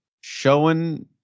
showing